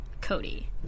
Cody